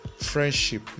friendship